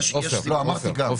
יש סיבות --- אמרתי, גם.